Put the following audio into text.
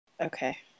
Okay